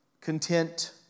content